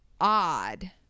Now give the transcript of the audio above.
odd